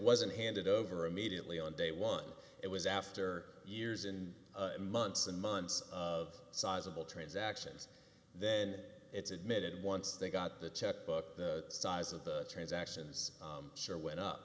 wasn't handed over immediately on day one it was after years and months and months of sizable transactions then it's admitted once they got the check book the size of the transactions sure went up